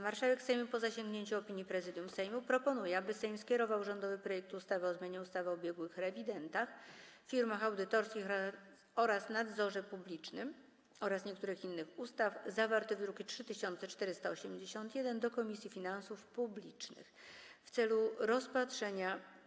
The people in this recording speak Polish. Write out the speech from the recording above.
Marszałek Sejmu, po zasięgnięciu opinii Prezydium Sejmu, proponuje, aby Sejm skierował rządowy projekt ustawy o zmianie ustawy o biegłych rewidentach, firmach audytorskich oraz nadzorze publicznym oraz niektórych innych ustaw, zawarty w druku nr 3481, do Komisji Finansów Publicznych w celu rozpatrzenia.